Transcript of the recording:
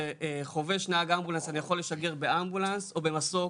שחובש נהג אמבולנס אני יכול לשגר באמבולנס או במסוק,